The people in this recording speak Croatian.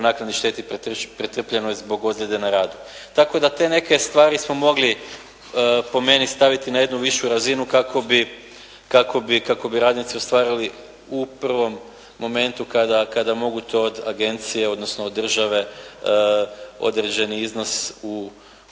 naknadi štete pretrpljenoj zbog ozljede na radu. Tako da te neke stvari smo mogli po meni staviti na jednu višu razinu kako bi, kako bi radnici ostvarili u prvom momentu kada mogu to od agencije odnosno od države određeni iznos u,